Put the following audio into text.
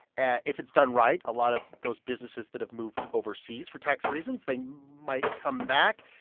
and if it's done right, a lot of those businesses that have moved overseas for tax reasons, they might come back.